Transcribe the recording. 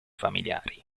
familiari